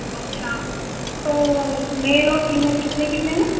اچھا تو میل اور فیمیل کتنے کتنے ہیں